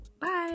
Bye